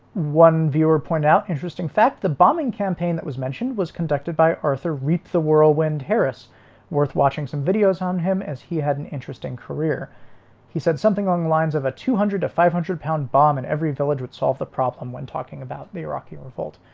one viewer pointed out interesting fact the bombing campaign that was mentioned was conducted by arthur reap the whirlwind harris worth watching some videos on him as he had an interesting career he said something along the lines of a two hundred to five hundred pound bomb in every village would solve the problem when talking about the iraq revolt,